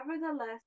Nevertheless